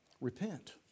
Repent